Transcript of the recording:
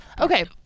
Okay